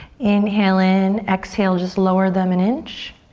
inhale in, exhale, just lower them an inch.